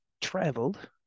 traveled